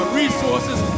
resources